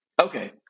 okay